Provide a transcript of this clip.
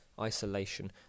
isolation